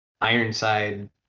Ironside